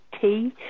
tea